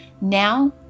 Now